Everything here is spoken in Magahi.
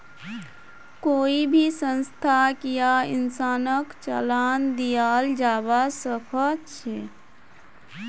कोई भी संस्थाक या इंसानक चालान दियाल जबा सख छ